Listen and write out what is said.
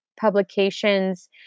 publications